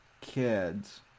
kids